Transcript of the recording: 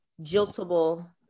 jiltable